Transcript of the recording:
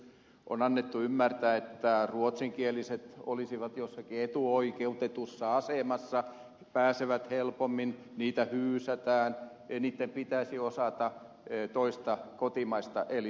on annettu ymmärtää että ruotsinkieliset olisivat jossakin etuoikeutetussa asemassa pääsevät helpommin niitä hyysätään niitten pitäisi osata toista kotimaista eli suomen kieltä